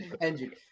engine